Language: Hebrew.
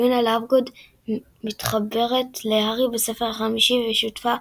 לונה לאבגוד – מתחברת להארי בספר החמישי, ושותפה